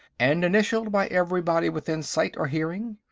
and initialed by everybody within sight or hearing?